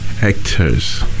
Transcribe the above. hectares